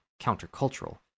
countercultural